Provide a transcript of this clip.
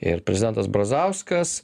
ir prezidentas brazauskas